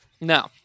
No